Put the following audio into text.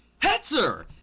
Hetzer